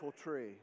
tree